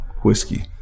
whiskey